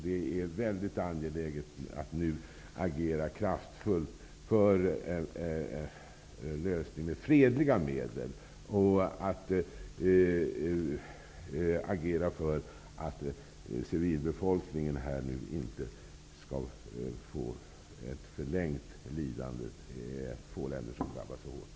Det är mycket angeläget att nu agera kraftfullt för en lösning med fredliga medel och att agera för att civilbefolkningen inte skall få ett förlängt lidande. Det är få länder som har drabbats så hårt.